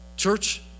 Church